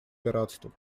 пиратством